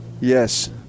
Yes